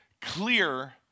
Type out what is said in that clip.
clear